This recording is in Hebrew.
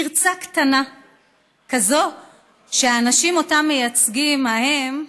פרצה קטנה כזאת: האנשים שאותם מייצגים ההם,